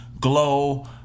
Glow